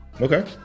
Okay